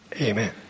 Amen